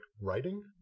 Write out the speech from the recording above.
writing